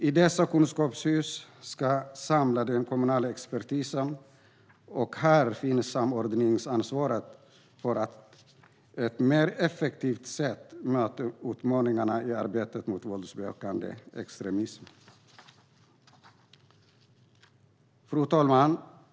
I dessa kunskapshus ska den kommunala expertisen samlas, och här finns samordningsansvaret för att på ett mer effektivt sätt möta utmaningarna i arbetet mot våldsbejakande extremism. Fru talman!